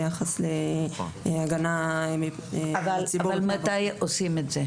ביחס להגנה על הציבור --- מתי עושים את זה?